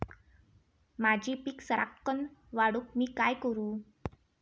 माझी पीक सराक्कन वाढूक मी काय करू?